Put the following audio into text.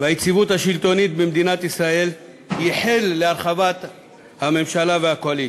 והיציבות השלטונית במדינת ישראל ייחל להרחבת הממשלה והקואליציה.